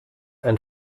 ein